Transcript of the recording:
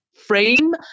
frame